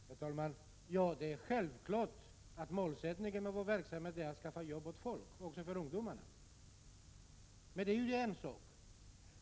Herr talman! Det är självklart att målsättningen för vår verksamhet är att skaffa jobb åt folk, också åt ungdomarna, men det är en sak.